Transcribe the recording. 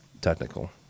technical